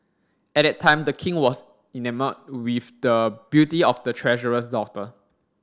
at that time the king was enamoured with the beauty of the treasurer's daughter